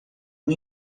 uma